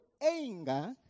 Anger